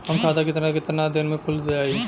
हमर खाता कितना केतना दिन में खुल जाई?